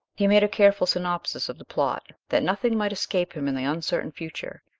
he made a careful synopsis of the plot that nothing might escape him in the uncertain future,